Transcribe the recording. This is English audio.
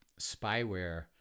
spyware